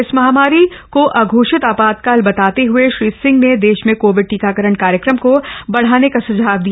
इस महामारी को अघोषित आपातकाल बताते हए श्री सिंह ने देश में कोविड टीकाकरण कार्यक्रम को बढ़ाने का सुझाव दिया